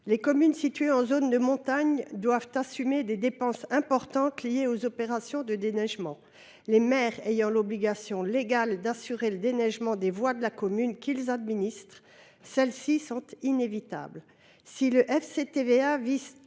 les communes situées en zone de montagne doivent assumer des dépenses importantes liées aux opérations de déneigement. Les maires ayant l’obligation légale d’assurer le déneigement des voies de la commune qu’ils administrent, ces dépenses sont inévitables.